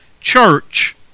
church